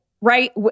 Right